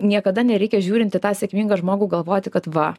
niekada nereikia žiūrint į tą sėkmingą žmogų galvoti kad va